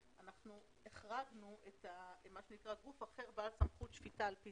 אנחנו החרגנו גוף אחר בעל סמכות שפיטה על פי חוק.